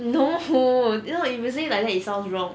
no you know if you say like that it sounds wrong